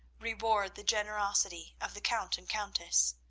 reward the generosity of the count and countess.